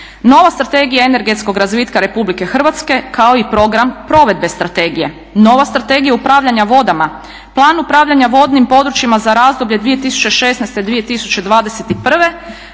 nova Strategija energetskog razvitka Republike Hrvatske kao i Program provedbe strategije. Nova Strategija upravljanja vodama, Plan upravljanja vodnim područjima za razdoblje 2016.-2021.,